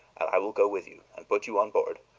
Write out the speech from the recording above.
and i will go with you and put you on board.